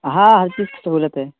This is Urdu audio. ہاں ہر چیز کی سہولت ہے